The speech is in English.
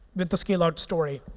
with the scale-out story.